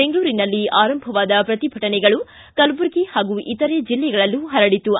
ಬೆಂಗಳೂರಿನಲ್ಲಿ ಆರಂಭವಾದ ಪ್ರತಿಭಟನೆಗಳು ಕಲಬುರ್ಗಿ ಹಾಗೂ ಇತರೆ ಜಿಲ್ಲೆಗಳಲ್ಲೂ ಪರಡಿತು